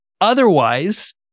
Otherwise